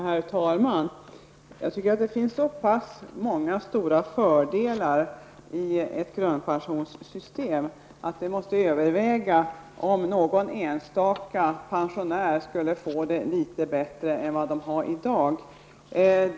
Herr talman! Jag tycker att det finns så pass många stora fördelar i ett grundpensionssystem, att det måste överväga om enstaka pensionärer skulle få det litet bättre än vad de har i dag.